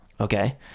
okay